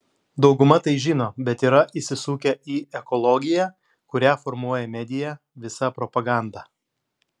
dauguma tai žino bet yra įsisukę į ekologiją kurią formuoja medija visa propaganda